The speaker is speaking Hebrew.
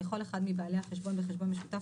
לכל אחוד מבעלי החשבון בחשבון משות,